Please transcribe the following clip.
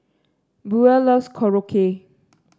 Buell loves Korokke